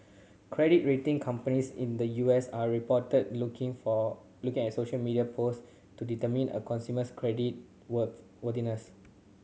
credit rating companies in the U S are reported looking for looking at social media post to determine a consumer's credit worth worthiness